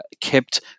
kept